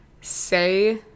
say